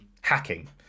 hacking